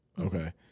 Okay